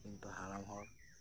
ᱤᱧ ᱛᱚ ᱦᱟᱲᱟᱢ ᱦᱚᱲ